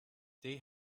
they